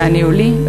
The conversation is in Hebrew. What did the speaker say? והניהולי,